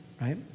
right